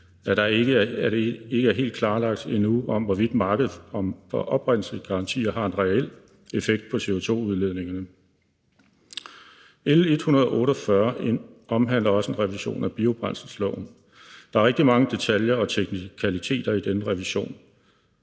at det ikke er helt klarlagt endnu, hvorvidt markedet for oprindelsesgarantier har en reel effekt på CO2-udledningerne. L 148 omhandler også en revision af biobrændselsloven. Der er rigtig mange detaljer og teknikaliteter i denne revision.